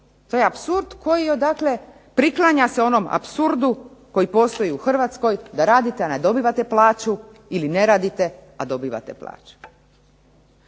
To je apsurd koji dakle priklanja se onom apsurdu koji postoji u Hrvatskoj da radite a ne dobivate plaću, ili ne radite a dobivate plaću.